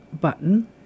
button